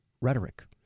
rhetoric